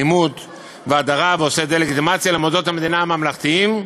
לאלימות ולהדרה ועושה דה-לגיטימציה למוסדות המדינה הממלכתיים.